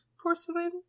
porcelain